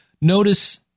Notice